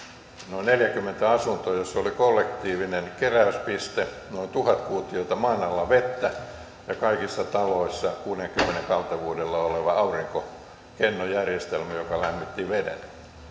noin neljäkymmentä asuntoa joissa oli kollektiivinen keräyspiste noin tuhat kuutiota maan alla vettä ja kaikissa taloissa kuudenkymmenen kaltevuudella oleva aurinkokennojärjestelmä joka lämmitti veden